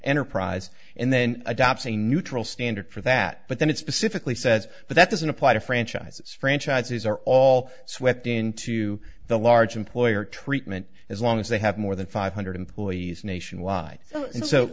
enterprise and then adopts a neutral standard for that but then it's pacifically says but that doesn't apply to franchises franchises are all swept into the large employer treatment as long as they have more than five hundred employees nationwide and so